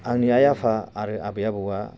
आंनि आइ आफा आरो आबै आबौआ